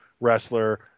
wrestler